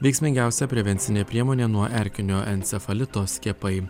veiksmingiausia prevencinė priemonė nuo erkinio encefalito skiepai